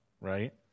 Right